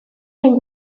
den